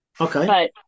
Okay